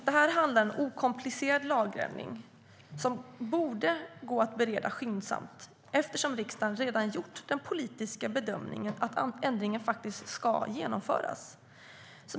Det här handlar om en okomplicerad lagändring som borde gå att bereda skyndsamt eftersom riksdagen redan gjort den politiska bedömningen att ändringen ska genomföras.